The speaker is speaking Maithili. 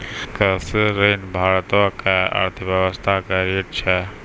कृषि ऋण भारतो के अर्थव्यवस्था के रीढ़ छै